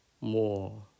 more